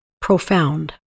profound